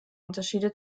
unterschiede